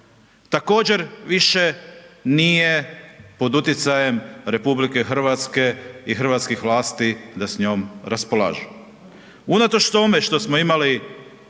također više nije pod utjecajem RH i hrvatskih vlasti da s njom raspolažu. Unatoč tome što smo imali